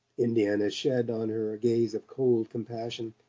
indiana shed on her a gaze of cold compassion.